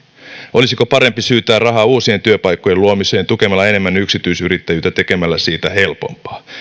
olisiko parempi syytää rahaa uusien työpaikkojen luomiseen tukemalla enemmän yksityisyrittäjyyttä ja tekemällä siitä helpompaa